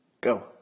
Go